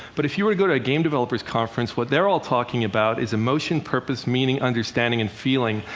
but if you were to go to a game developers conference, what they're all talking about is emotion, purpose, meaning, understanding and feeling.